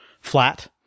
flat